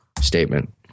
statement